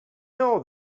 know